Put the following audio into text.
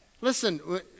listen